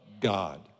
God